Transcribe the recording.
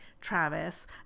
Travis